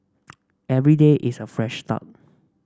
every day is a fresh start